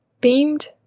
Beamed